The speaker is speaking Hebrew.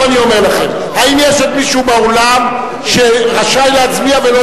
האם יש מישהו באולם מחברי הכנסת, אלקין.